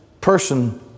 person